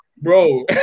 Bro